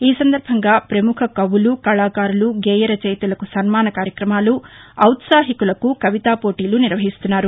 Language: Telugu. ఈ సందర్బంగా పముఖ కవులు కళాకారులు గేయరచయితలకు సన్నాన కార్యక్రమాలు ఔత్సాహికులకు కవితా పోటీలు నిర్వహిస్తున్నారు